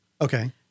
Okay